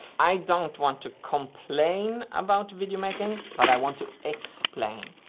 i don't want to complain about video making, but i want to explain,